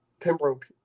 Pembroke